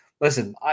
listen